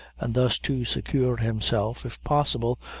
and thus to secure himself, if possible,